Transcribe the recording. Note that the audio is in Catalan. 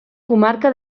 comarca